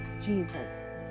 Jesus